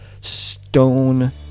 stone